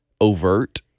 overt